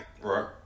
Right